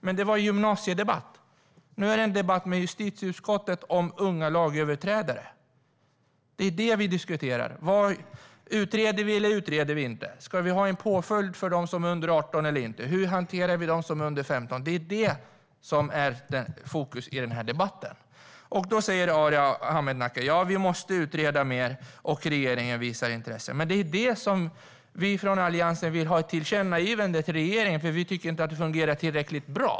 Men det var i en gymnasiedebatt. Nu har vi en debatt i justitieutskottet om unga lagöverträdare. Det är det vi diskuterar. Ska vi utreda eller inte? Ska det vara en påföljd för dem som är under 18 eller inte? Hur ska vi hantera dem som är under 15? Det är det som är i fokus i den här debatten. Arhe Hamednaca säger att vi måste utreda mer och att regeringen visar intresse. Men det är det som vi i Alliansen vill ha ett tillkännagivande till regeringen om. Vi tycker nämligen inte att det fungerar tillräckligt bra.